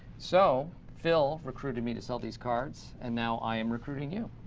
so. phil recruited me to sell these cards, and now i am recruiting you.